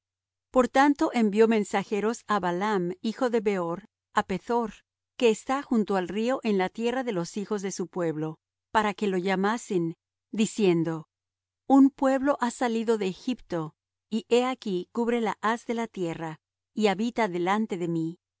por tanto envió mensajeros á balaam hijo de beor á pethor que está junto al río en la tierra de los hijos de su pueblo para que lo llamasen diciendo un pueblo ha salido de egipto y he aquí cubre la haz de la tierra y habita delante de mí